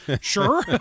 sure